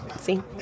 See